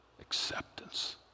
acceptance